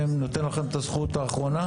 אני נותן לכם את הזכות האחרונה.